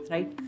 Right